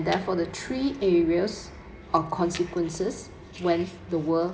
therefore the three areas of consequences when the world